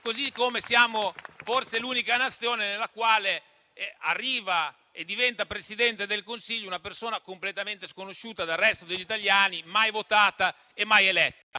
la nostra è forse l'unica Nazione nella quale arriva e diventa Presidente del Consiglio una persona completamente sconosciuta dal resto degli italiani, mai votata e mai eletta.